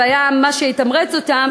והיה מה שיתמרץ אותם,